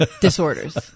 disorders